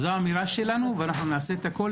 זה האמירה שלנו ואנחנו נעשה את הכול,